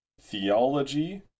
theology